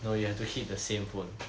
no you have to keep the same phone